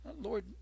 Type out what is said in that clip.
lord